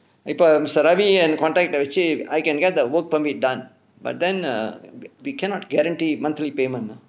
if mister ravi and contact the chief I can get the work permit done but then err we cannot guarantee monthly payment ah